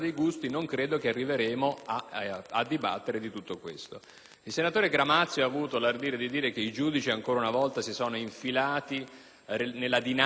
Il senatore Gramazio ha avuto l'ardire di affermare che i giudici ancora una volta si sono infilati nella dinamica che dovrebbe regolamentare la vita e la morte.